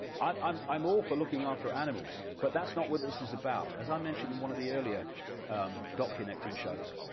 i'm i'm all for looking after animals but that's not what this is about as i mentioned in one of the earlier dot connecting shows,